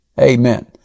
Amen